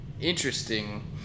interesting